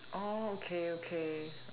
oh okay okay